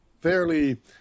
fairly